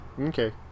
Okay